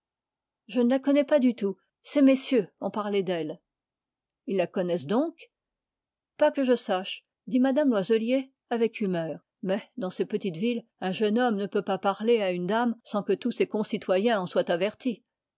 je ne la connais pas du tout ces messieurs ont parlé d'elle ils la connaissent donc pas que je sache dit mme loiselier avec humeur mais dans ces petites villes un jeune homme ne peut pas parler à une femme sans que tous ses concitoyens en soient avertis